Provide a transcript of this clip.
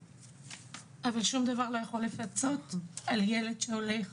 שום דבר לא יכול לפצות על ילד שהולך,